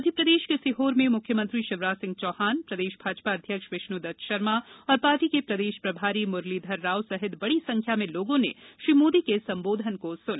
मध्यप्रदेश के सीहोर में मुख्यमंत्री शिवराज सिंह चौहान प्रदेश भाजपा अध्यक्ष विष्णुदत्त शर्मा और पार्टी के प्रदेश प्रभारी मुरलीधर राव सहित बड़ी संख्या में लोगों ने श्री मोदी के संबोधन को सुना